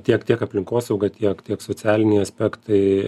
tiek tiek aplinkosauga tiek tiek socialiniai aspektai